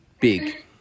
big